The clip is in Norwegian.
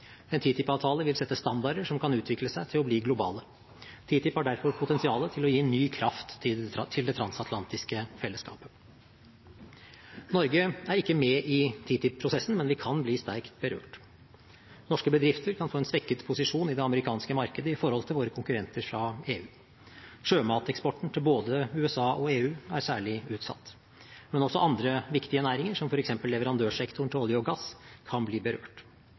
En TTIP-avtale vil sette standarder som kan utvikle seg til å bli globale. TTIP har derfor potensial til å gi ny kraft til det transatlantiske fellesskapet. Norge er ikke med i TTIP-prosessen, men vi kan bli sterkt berørt. Norske bedrifter kan få en svekket posisjon i det amerikanske markedet i forhold til våre konkurrenter fra EU. Sjømateksporten til både USA og EU er særlig utsatt. Men også andre viktige næringer, som f.eks. leverandørsektoren til olje og gass, kan bli berørt.